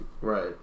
right